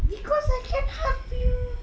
because I can't help you